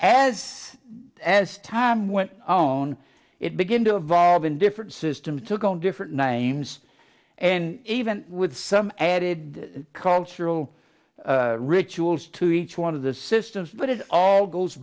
has as time went on it begin to evolve in different systems took on different names and even with some added cultural rituals to each one of the systems but it all goes